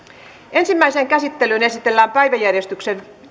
ensimmäiseen käsittelyyn esitellään päiväjärjestyksen